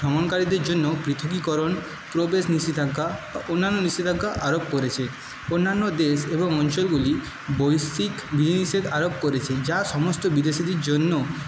ভ্রমণকারীদের জন্য পৃথকীকরণ প্রবেশ নিষেধাজ্ঞা অন্যান্য নিষেধাজ্ঞা আরোপ করেছে অন্যান্য দেশ এবং অঞ্চলগুলি বৈষ্যিক বিধিনিষেধ আরোপ করেছে যা সমস্ত বিদেশিদের জন্য